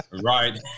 right